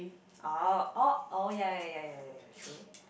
oh oh oh ya ya ya ya ya true